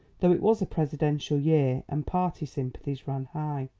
though it was a presidential year and party sympathies ran high.